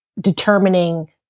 determining